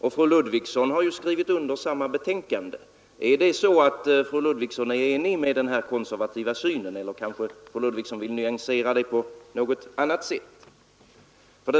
Fru Ludvigsson har ju skrivit under samma betänkande. Är fru Ludvigsson enig med denna konservativa syn, eller vill hon kanske nyansera det på ett annat sätt?